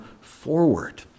forward